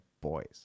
boys